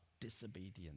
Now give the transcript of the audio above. disobedience